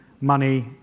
money